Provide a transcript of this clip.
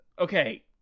Okay